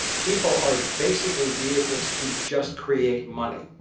people are basically vehicles to just create money,